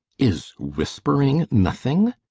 is whispering nothing?